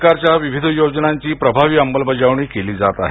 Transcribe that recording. सरकारच्या विविध योजनांची प्रभावी अंमलबजावणी केली जात आहे